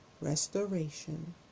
restoration